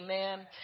amen